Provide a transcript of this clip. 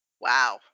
Wow